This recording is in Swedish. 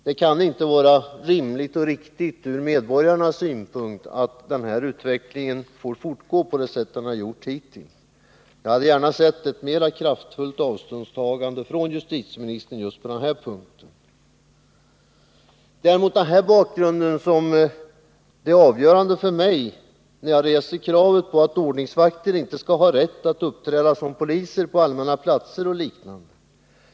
Det kan inte från medborgarnas synpunkt vara rimligt och riktigt att denna utveckling får fortgå. Jag hade gärna sett ett mera kraftfullt avståndstagande av justitieministern på just den här punkten. Det är denna bakgrund som är avgörande för mig när jag reser kravet att ordningsvakterna inte skall ha rätt att uppträda som poliser på allmänna platser och liknande.